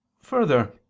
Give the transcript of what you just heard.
further